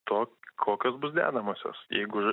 to kokios bus dedamosios jeigu